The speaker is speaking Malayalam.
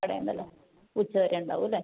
കട ഉണ്ടല്ലേ ഉച്ച വരെ ഉണ്ടാവും അല്ലേ